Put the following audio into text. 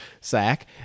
sack